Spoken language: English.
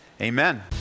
amen